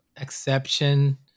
exception